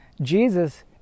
Jesus